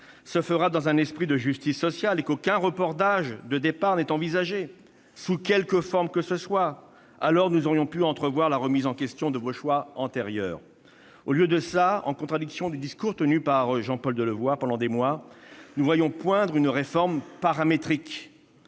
se ferait dans un esprit de justice sociale et qu'aucun report de l'âge de départ à la retraite, sous quelque forme que ce soit, n'est envisagé. Nous aurions alors entrevu une remise en question de vos choix antérieurs. Au lieu de cela, en contradiction avec le discours tenu par Jean-Paul Delevoye depuis des mois, nous voyons poindre une réforme paramétrique.